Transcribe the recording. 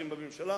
שהם בממשלה,